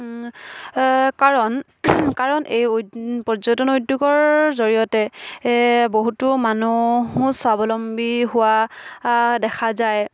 কাৰণ পৰ্যটন উদ্যোগৰ জৰিয়তে বহুতো মানুহো স্বাৱলম্বী হোৱা দেখা যায়